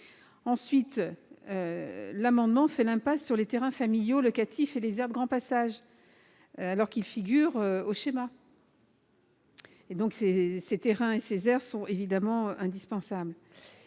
élément, l'amendement fait l'impasse sur les terrains familiaux locatifs et les aires de grand passage, alors qu'ils figurent au schéma. Ces terrains et ces aires sont évidemment indispensables.